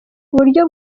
uburyo